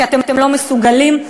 כי אתם לא מסוגלים.